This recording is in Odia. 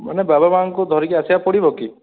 ମାନେ ବାବା ମାଁଙ୍କୁ ଧରିକି ଆସିବାକୁ ପଡ଼ିବ କି